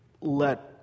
let